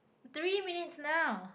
three minutes now